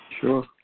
Sure